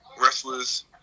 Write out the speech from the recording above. wrestlers